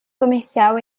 comercial